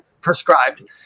prescribed